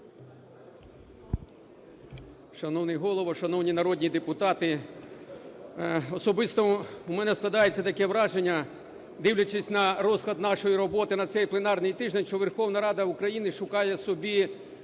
Шановний Голово, шановні народні депутати! Особисто в мене складається таке враження, дивлячись на розклад нашої роботи на цей пленарний тиждень, що Верховна Рада України шукає собі